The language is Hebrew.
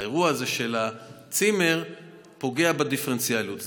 האירוע הזה של הצימר פוגע בדיפרנציאליות.